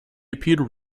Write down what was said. appeared